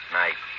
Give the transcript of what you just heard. night